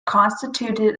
constituted